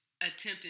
attempting